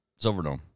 Silverdome